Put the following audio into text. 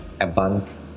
advanced